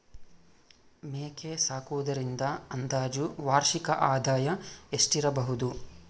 ಮೇಕೆ ಸಾಕುವುದರಿಂದ ಅಂದಾಜು ವಾರ್ಷಿಕ ಆದಾಯ ಎಷ್ಟಿರಬಹುದು?